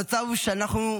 המצב הוא שאנחנו,